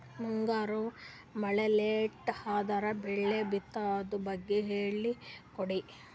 ಮುಂಗಾರು ಮಳೆ ಲೇಟ್ ಅದರ ಬೆಳೆ ಬಿತದು ಬಗ್ಗೆ ಹೇಳಿ ಕೊಡಿ?